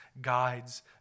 guides